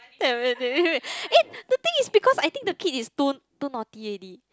eh the thing is because I think the kid is too too naughty already